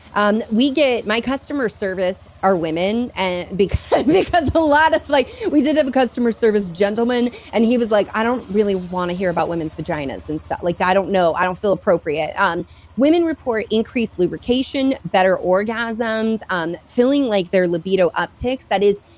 and my customer service are women and because because a lot of. like we did have a customer service gentleman, and he was like i don't really want to hear about women's vaginas and stuff. like i don't know, i don't feel appropriate. um women report increased lubrication, better orgasms, um feeling like their libido upticks, that is,